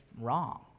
wrong